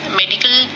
medical